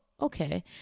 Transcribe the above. okay